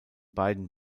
beiden